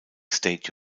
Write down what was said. state